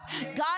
God